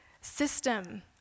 system